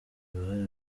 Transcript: uruhare